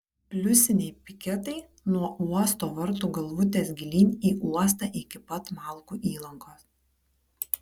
pliusiniai piketai nuo uosto vartų galvutės gilyn į uostą iki pat malkų įlankos